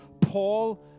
Paul